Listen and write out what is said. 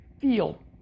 feel